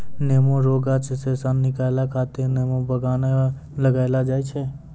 नेमो रो गाछ से सन निकालै खातीर नेमो बगान लगैलो जाय छै